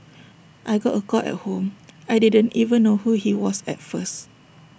I got A call at home I didn't even know who he was at first